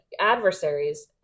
adversaries